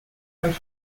and